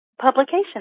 publication